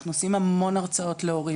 אנחנו עושים המון הרצאות להורים,